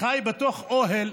חי בתוך אוהל,